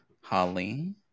Holly